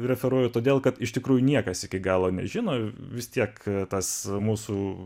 referuoju todėl kad iš tikrųjų niekas iki galo nežino vis tiek tas mūsų